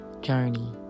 journey